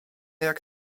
jak